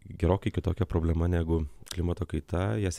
gerokai kitokia problema negu klimato kaita jas